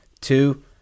two